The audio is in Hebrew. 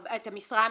את המשרה המלאה.